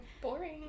Boring